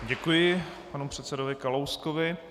Děkuji panu předsedovi Kalouskovi.